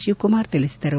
ಶಿವಕುಮಾರ್ ತಿಳಿಸಿದರು